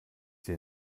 dir